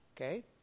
Okay